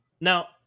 Now